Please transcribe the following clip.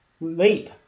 leap